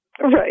Right